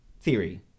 theory